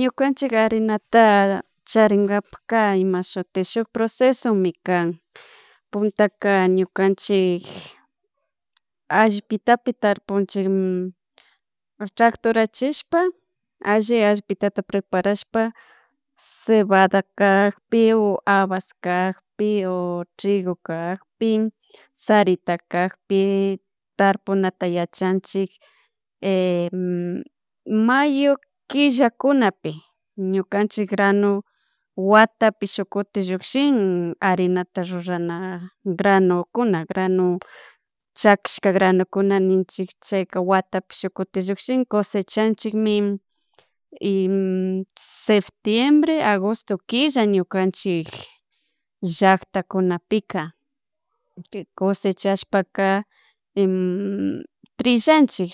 Ñukanchik harinata charinkapakka imashutik shuk procesomi can. Puntaka ñukanchik allpitapi tarpunchik tractora chishpa, alli ashpitatu preparashpa cebada kakpi o habas kakpi o trigo kakpi, sarita kakpi, tarpunata yachanchik mayo killakunapi ñukachik granu watapi shukkuti llushin harinata rurana granukuna granu chakishka granukuna ninchik chayka watapi shuk kutin llushin cosechanchikmi y septiembre, agosto killa ñukanchik llaktakunapika. Cosechashpaka trillanchik